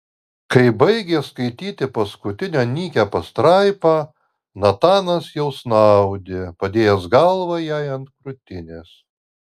kai baigė skaityti paskutinę nykią pastraipą natanas jau snaudė padėjęs galvą jai ant krūtinės